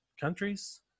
countries